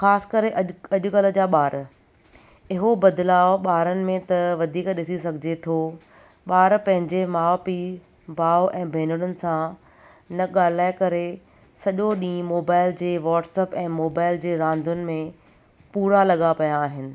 ख़ासि कर अॼुकल्ह जा ॿार इहो बदिलाव ॿारनि में त वधीक ॾिसी सघिजे थो ॿार पंहिंजे माउ पीउ भाउ ऐं भेनरुनि सां न ॻाल्हाए करे सॼो ॾींहुं मोबाइल जे व्हाटसअप ऐं मोबाइल जे रांदियुनि में पूरा लॻा पिया आहिनि